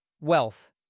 wealth